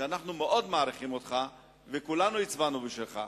ואנחנו מאוד מעריכים אותך וכולנו הצבענו בשבילך,